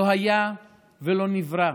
לא היה ולא נברא,